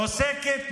עוסקת